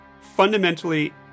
fundamentally